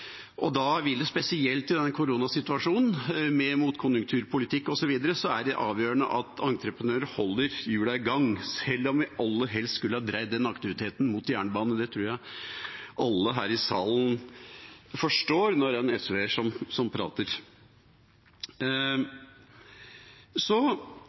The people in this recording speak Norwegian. det, spesielt i denne koronasituasjonen med motkonjunkturpolitikk osv., avgjørende at entreprenører holder hjula i gang, selv om vi aller helst skulle dreid den aktiviteten mot jernbanen. Det tror jeg alle her i salen forstår, når det er en SV-er som prater. Så